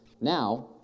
now